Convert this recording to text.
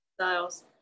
styles